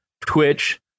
Twitch